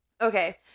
Okay